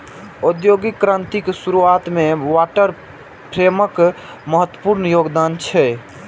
औद्योगिक क्रांतिक शुरुआत मे वाटर फ्रेमक महत्वपूर्ण योगदान छै